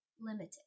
limited